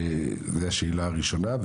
זו השאלה הראשונה.